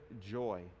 joy